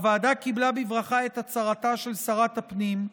הוועדה קיבלה בברכה את הצהרתה של שרת הפנים,